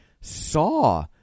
saw